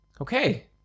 Okay